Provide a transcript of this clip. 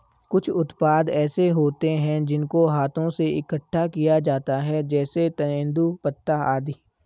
कुछ उत्पाद ऐसे होते हैं जिनको हाथों से इकट्ठा किया जाता है जैसे तेंदूपत्ता आदि